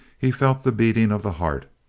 he felt the beating of the heart.